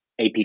AP